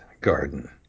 garden